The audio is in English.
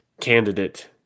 candidate